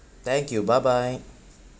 thank you bye bye